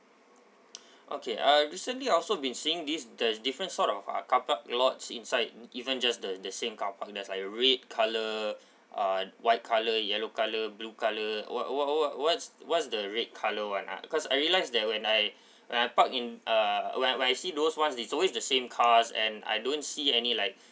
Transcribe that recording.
okay uh recently I've also been seeing this there's different sort of uh carpark lots inside even just the the same carpark there's like red colour uh white colour yellow colour blue colour what what what what's what's the red colour [one] ah because I realize that when I when I park in uh when I when I see those ones it's always the same cars and I don't see any like